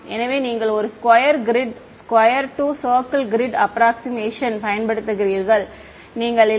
எனவே நீங்கள் ஒரே square grid square to circle grid approximation பயன்படுத்துகிறீர்கள் நீங்கள் இல்லை